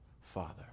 Father